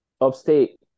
upstate